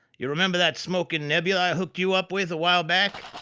you remember that smokin' nebula i hooked you up with a while back?